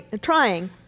trying